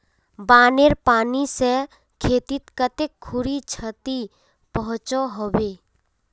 बानेर पानी से खेतीत कते खुरी क्षति पहुँचो होबे?